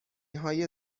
های